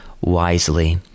wisely